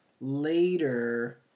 later